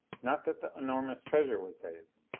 not that the enormous treasure was saved.